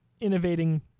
innovating